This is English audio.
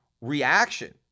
reaction